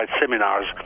seminars